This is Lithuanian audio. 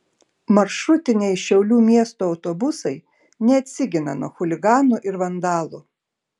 maršrutiniai šiaulių miesto autobusai neatsigina nuo chuliganų ir vandalų